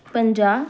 ਪੰਜਾਹ